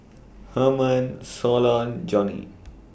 Hermon Solon Johnny